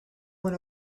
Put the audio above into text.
went